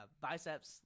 biceps